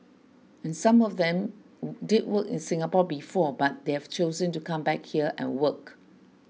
and some of them did work in Singapore before but they've chosen to come back here and work